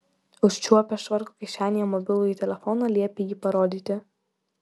užčiuopę švarko kišenėje mobilųjį telefoną liepė jį parodyti